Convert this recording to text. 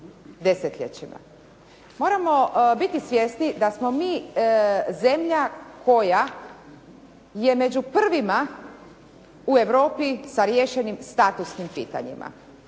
desetljećima. Moramo biti svjesni da smo mi zemlja koja je među prvima u Europi sa riješenim statusnim pitanjima.